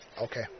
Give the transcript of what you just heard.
Okay